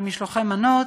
במשלוחי מנות,